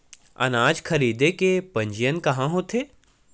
अनाज खरीदे के पंजीयन कहां होथे?